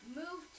move